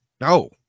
No